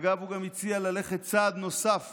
אגב, הוא גם הציע ללכת צעד נוסף